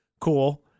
cool